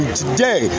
today